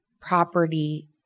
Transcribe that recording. property